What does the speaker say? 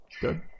Good